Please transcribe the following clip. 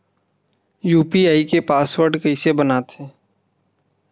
UPI के password कइसे बनाथे?